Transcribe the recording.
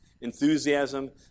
enthusiasm